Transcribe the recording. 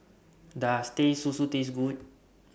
Does Teh Susu Taste Good